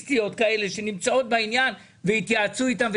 שנמצאות בעניין והתייעצו איתן.